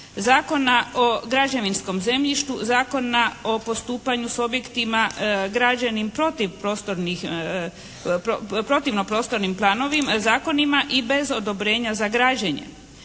zakona o građevinskom zemljištu, Zakona o postupanju s objektima građenim protivno prostornim zakonima i bez odobrenja za građenje.